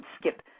skip